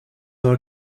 are